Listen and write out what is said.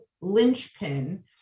linchpin